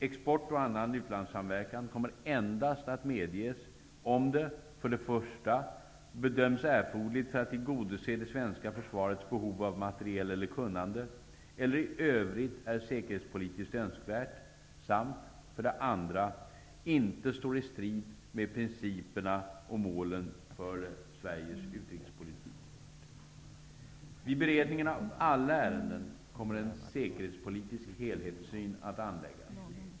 Export och annan utlandssamverkan kommer endast att medges om det för det första bedöms erforderligt för att tillgodose det svenska försvarets behov av materiel eller kunnande eller i övrigt är säkerhetspolitiskt önskvärt, samt för det andra inte står i strid med principerna och målen för Sveriges utrikespolitik. Vid behandlingen av alla ärenden kommer en säkerhetspolitisk helhetssyn att anläggas.